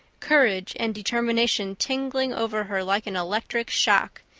courage and determination tingling over her like an electric shock.